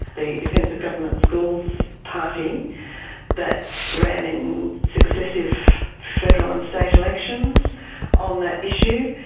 the defence of government schools party that ran in successive federal and state elections on that issue.